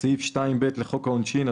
וסעיף 2(ב) לחוק העונשין,